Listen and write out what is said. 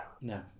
no